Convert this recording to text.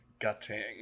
gutting